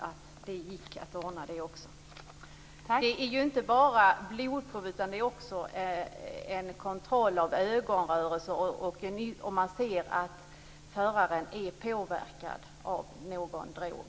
Det är inte bara fråga om att ta blodprov, utan det görs också en kontroll av ögonrörelser m.m. om man ser att föraren är påverkad av någon drog.